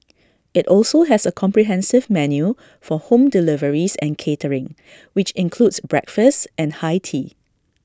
IT also has A comprehensive menu for home deliveries and catering which includes breakfast and high tea